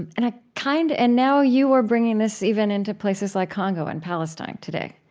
and and ah kind of and now you are bringing us even into places like congo and palestine today.